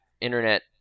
internet